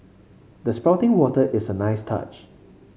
the spouting water is a nice touch